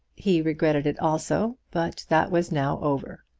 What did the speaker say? he regretted it also, but that was now over.